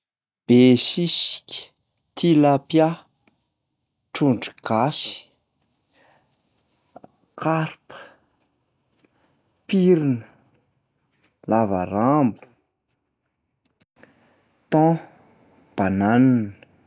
Besisika, tilapia, trondro gasy, karpa, pirina, lava rambo, thon, banane.